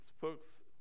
folks